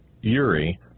Uri